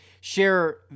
share